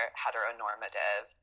heteronormative